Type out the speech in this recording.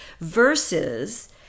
versus